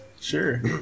Sure